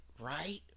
right